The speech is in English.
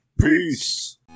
Peace